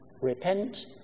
repent